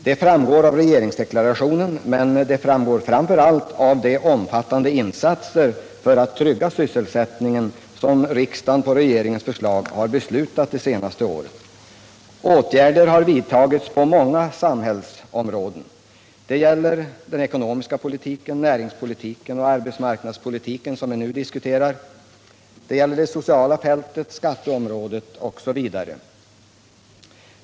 Det framgår av regeringsdeklarationen, men det framgår framför allt av de omfattande insatser för att trygga sysselsättningen som riksdagen på regeringens förslag har beslutat det senaste året. Åtgärder har vidtagits på många samhällsområden. Det gäller den ekonomiska politiken, näringspolitiken och arbetsmarknadspolitiken, som vi nu diskuterar. Det gäller det sociala fältet, skatteområdet osv.